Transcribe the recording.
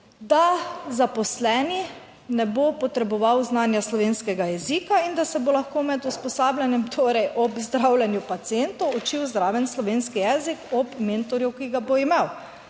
da zaposleni ne bo potreboval znanja slovenskega jezika in da se bo lahko med usposabljanjem, torej ob zdravljenju pacientov, učil zraven slovenski jezik ob mentorju, ki ga bo imel.